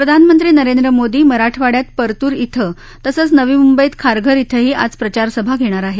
प्रधानमंत्री नरेंद्र मोदी मराठवाङ्यात परतूर इथं तसंच नवी मुंबईत खारघर इथंही आज प्रचारसभा घेणार आहेत